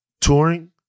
touring